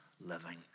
living